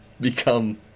become